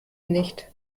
nicht